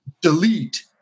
delete